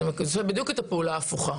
זה עושה בדיוק את הפעולה ההפוכה.